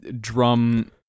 drum